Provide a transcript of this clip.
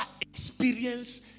experience